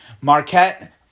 Marquette